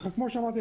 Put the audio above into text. אז כמו שאמרתי,